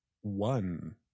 one